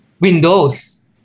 Windows